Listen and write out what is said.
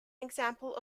example